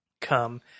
come